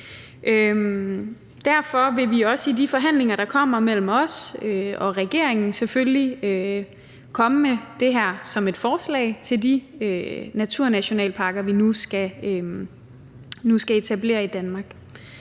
Derfor vil vi også i de forhandlinger, der kommer mellem os og regeringen, selvfølgelig komme med det her som et forslag til de naturnationalparker, vi nu skal etablere i Danmark.